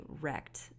wrecked